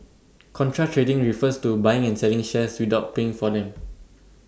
contra trading refers to buying and selling shares without paying for them